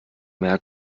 mehr